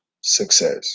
success